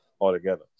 altogether